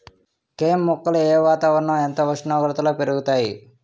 కెమ్ మొక్కలు ఏ వాతావరణం ఎంత ఉష్ణోగ్రతలో పెరుగుతాయి?